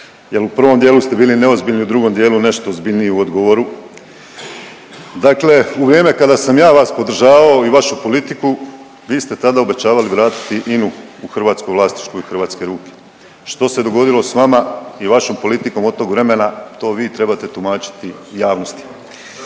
jel u prvom dijelu ste bili neozbiljni, a u drugom dijelu nešto ozbiljniji u odgovoru. Dakle, u vrijeme kada sam ja vas podržavao i vašu politiku vi ste tada obećavali vratiti Inu u hrvatsko vlasništvo i hrvatske ruke. Što se dogodilo s vama i vašom politikom od tog vremena, to vi trebate tumačiti javnosti.